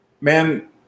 man